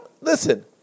Listen